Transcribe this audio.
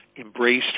embraced